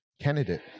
candidate